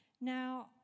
Now